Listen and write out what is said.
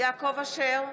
יעקב אשר,